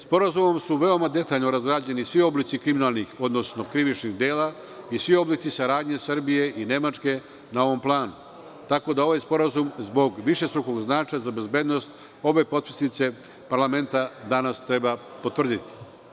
Sporazumom su veoma detaljno razrađeni svi oblici kriminalnih, odnosno krivičnih dela i svi oblici saradnje Srbije i Nemačke ne ovom planu, tako da ovaj sporazum zbog višestrukog značaja za bezbednost obe potpisnice danas treba potvrditi.